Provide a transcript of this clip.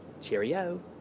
cheerio